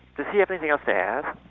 does he have anything else to add?